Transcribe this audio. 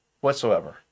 whatsoever